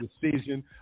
decision